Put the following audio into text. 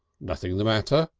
nothing the matter?